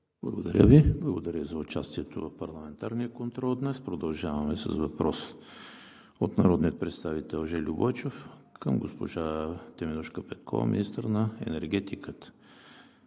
Благодаря Ви. Благодаря за участието в парламентарния контрол днес. Продължаваме с въпрос от народния представител Жельо Бойчев към госпожа Теменужка Петкова – министър на енергетиката.